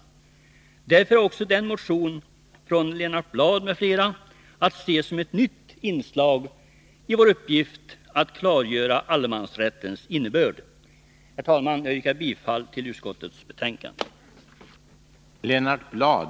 Därför är också motionen av Lennart Bladh m.fl. ett nytt inslag i vårt arbete med att klargöra allemansrättens innebörd. Herr talman! Jag yrkar bifall till utskottets hemställan.